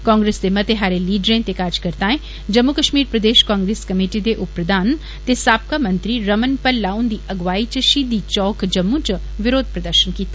कांग्रेस दे मते सारे लीडरें ते कार्जकर्ताएं जम्मू कश्मीर प्रदेश कांग्रेस कमेटी दे उपप्रधान ते साबका मंत्री रमण भल्ला हुन्दी अगुवाई च शहीदी चौक जम्मू च बरोध प्रदर्शन कीता